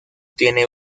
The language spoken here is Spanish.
tiene